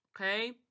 Okay